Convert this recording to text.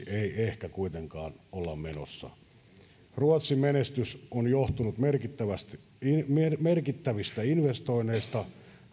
ei ehkä kuitenkaan olla menossa ruotsin menestys on johtunut merkittävistä investoinneista ratainfraan